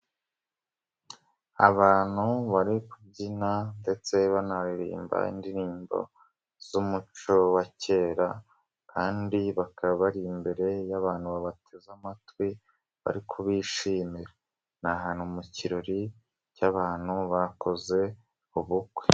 Abantu bari kubyina ndetse banaririmba indirimbo z'umuco wa kera kandi bakaba bari imbere y'abantu babateze amatwi, bari kubishimira. Ni ahantu mu kirori cy'abantu bakoze, ubukwe.